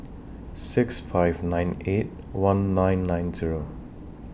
six five nine eight one nine nine Zero